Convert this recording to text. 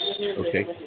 Okay